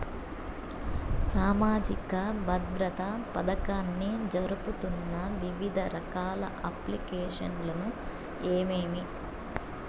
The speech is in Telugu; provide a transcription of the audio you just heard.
సామాజిక భద్రత పథకాన్ని జరుపుతున్న వివిధ రకాల అప్లికేషన్లు ఏమేమి?